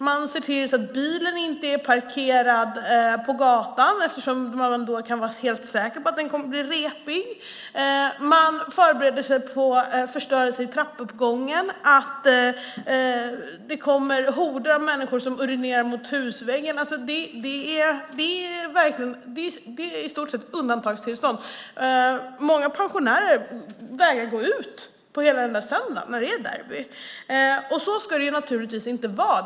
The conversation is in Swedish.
Man ser till att bilen inte är parkerad på gatan eftersom man annars kan vara helt säker på att den kommer att bli repig. Man förbereder sig på förstörelse i trappuppgången och på att det kommer horder av människor som urinerar mot husväggen. Det är alltså i stort sett ett undantagstillstånd. Många pensionärer vägrar gå ut hela söndagen när det är derby, och så ska det naturligtvis inte vara.